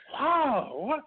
Wow